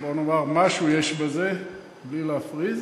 בואו נאמר, משהו יש בזה, בלי להפריז.